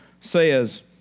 says